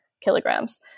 kilograms